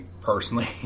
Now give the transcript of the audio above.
personally